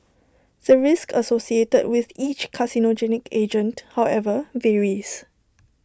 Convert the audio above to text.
the risk associated with each carcinogenic agent however varies